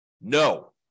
no